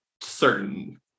certain